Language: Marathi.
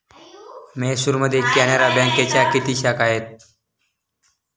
म्हैसूरमध्ये कॅनरा बँकेच्या किती शाखा आहेत?